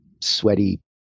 sweaty